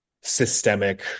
systemic